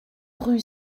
rue